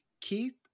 Keith